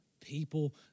people